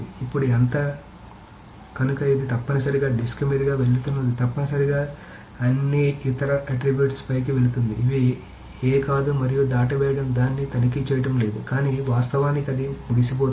ఇప్పుడు ఎంత కనుక ఇది తప్పనిసరిగా డిస్క్ మీదుగా వెళుతున్నది తప్పనిసరిగా అన్ని ఇతర ఆట్రిబ్యూట్ ల పైకి వెళుతుంది అవి A కాదు మరియు దాటవేయడం దాన్ని తనిఖీ చేయడం లేదు కానీ వాస్తవానికి అది ముగిసిపోతుంది